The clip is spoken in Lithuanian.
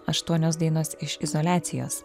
aštuonios dainos iš izoliacijos